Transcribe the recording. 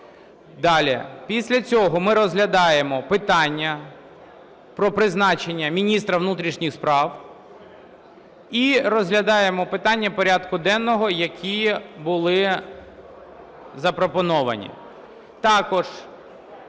Далі. Після цього ми розглядаємо питання про призначення міністра внутрішніх справ і розглядаємо питання порядку денного, які були запропоновані.